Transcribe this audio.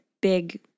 big